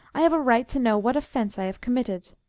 i have a right to know what offence i have committed.